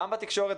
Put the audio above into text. גם בתקשורת,